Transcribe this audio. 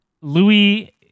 louis